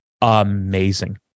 amazing